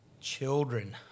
Children